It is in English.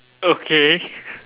okay